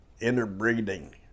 interbreeding